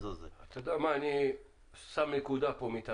אני שם נקודה פה, מתאפק.